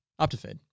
Optifade